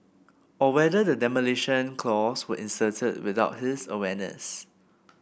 or whether the demolition clause was inserted without his awareness